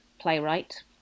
playwright